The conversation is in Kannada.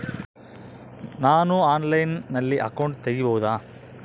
ನಾನು ಆನ್ಲೈನಲ್ಲಿ ಅಕೌಂಟ್ ತೆಗಿಬಹುದಾ?